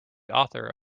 author